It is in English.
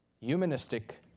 humanistic